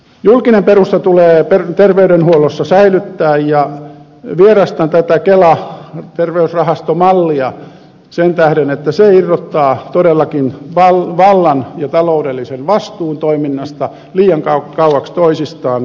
julkinen perusta tulee terveydenhuollossa säilyttää ja vierastan tätä kela terveysrahastomallia sen tähden että se irrottaa todellakin vallan ja taloudellisen vastuun toiminnasta liian kauaksi toisistaan